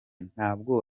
ntabwo